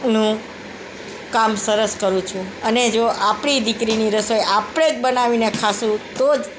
નું કામ સરસ કરું છું અને જો આપણી દીકરીની રસોઈ આપણે જ બનાવીને ખાઈશું તો જ